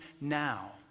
now